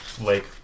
Lake